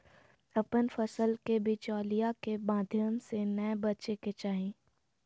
अपन फसल के बिचौलिया के माध्यम से नै बेचय के चाही